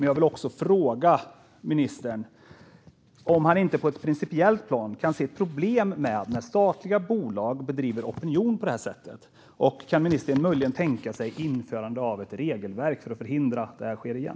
Jag vill också fråga ministern om han inte på ett principiellt plan kan se problem med att statliga bolag bedriver opinion på det här sättet. Kan ministern möjligen tänka sig införande av ett regelverk för att förhindra att det här sker igen?